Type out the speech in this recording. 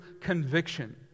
conviction